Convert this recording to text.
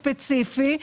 ספציפי,